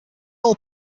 all